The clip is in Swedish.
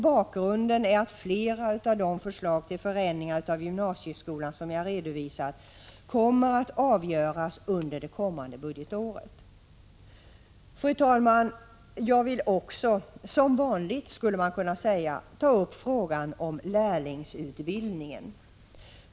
Bakgrunden är att flera av de förslag till förändringar av gymnasieskolan som jag redovisat kommer att avgöras under det kommande budgetåret. Fru talman! Jag vill också, som vanligt skulle man kunna säga, ta upp frågan om lärlingsutbildningen.